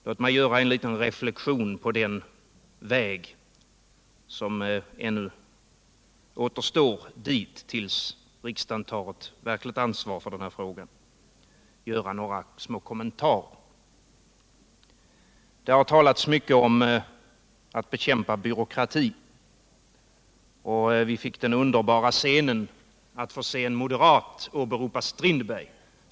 Låt mig dock göra en liten reflexion på den väg som ännu återstår dit där riksdagen tar ett verkligt ansvar för denna fråga och göra några små kommentarer. Det har talats mycket om att bekämpa byråkratin, och vi fick uppleva den underbara scenen att höra en moderat åberopa Strindberg.